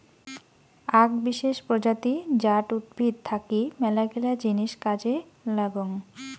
আক বিশেষ প্রজাতি জাট উদ্ভিদ থাকি মেলাগিলা জিনিস কাজে লাগং